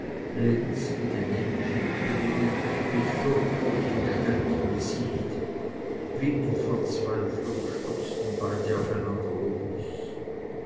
mit den nämlichen tönen mit fürchterlich entstelltem gesicht wie in verzweiflung stürzten beide aufeinander los